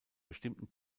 bestimmten